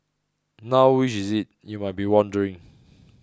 now which is it you might be wondering